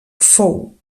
fou